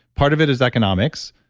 part of it is economics,